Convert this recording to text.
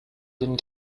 den